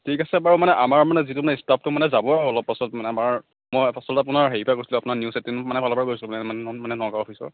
ঠিক আছে বাৰু মানে আমাৰ মানে যিটো মানে ষ্টাফটো মানে যাবই অলপ পাছত মানে আমাৰ মই আচলতে মানে হেৰিৰ পৰা কৈছলোঁ আপোনাৰ নিউজ এইটিনৰ ফালৰ পৰা কৈছিলোঁ মানে মানে নগাঁও অফিচৰ